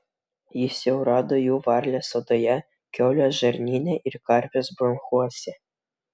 jis jau rado jų varlės odoje kiaulės žarnyne ir karvės bronchuose